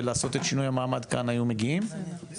ולעשות את שינוי המעמד כאן הם היו מגיעים חלקם?